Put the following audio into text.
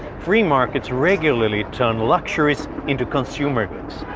free markets regularly turn luxuries into consumer goods.